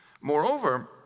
Moreover